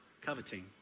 coveting